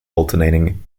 alternating